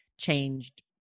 changed